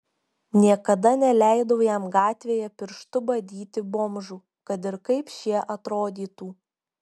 niekada neleidau jam gatvėje pirštu badyti bomžų kad ir kaip šie atrodytų